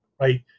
right